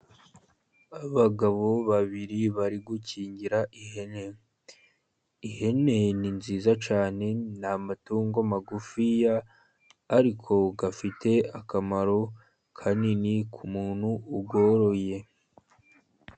Abagabo babiri bari gukingira ihene. Ihene ni nziza cyane ni amatungo magufiya ariko afite akamaro kanini ku muntu uzoroye.